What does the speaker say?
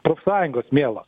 profsąjungos mielos